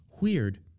weird